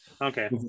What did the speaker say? okay